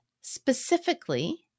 specifically